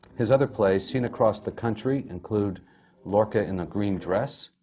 his other plays, seen across the country, include lorca in a green dress,